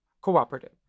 cooperative